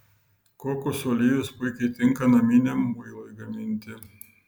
kokosų aliejus puikiai tinka naminiam muilui gaminti